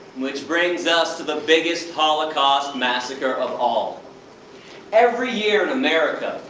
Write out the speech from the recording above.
which brings us to the biggest holocaust massacre of all every year in america,